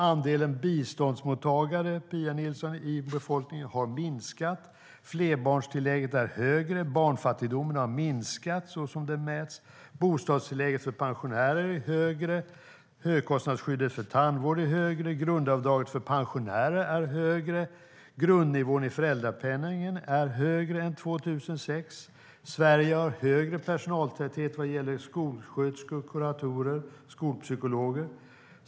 Andelen biståndsmottagare i befolkningen har minskat, Pia Nilsson. Flerbarnstillägget är högre. Barnfattigdomen, sådan den mäts, har minskat. Bostadstillägget för pensionärer är högre. Högkostnadsskyddet för tandvård är högre. Grundavdraget för pensionärer är högre. Grundnivån i föräldrapenningen är högre än den var 2006. Sverige har högre personaltäthet när det gäller skolsköterskor, kuratorer och skolpsykologer.